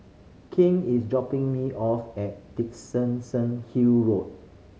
king is dropping me off at Dickenson Hill Road